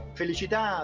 felicità